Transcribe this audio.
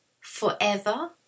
Forever